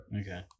Okay